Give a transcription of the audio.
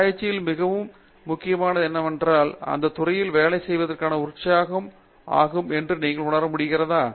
ஆராய்ச்சியில் மிகவும் முக்கியமானது என்னவென்றால் அந்த துறையில் வேலை செய்வதற்கான உற்சாகம் ஆகும் என்று நீங்கள் உணர முடிகிறதா